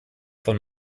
von